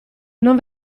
non